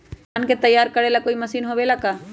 धान के तैयार करेला कोई मशीन होबेला का?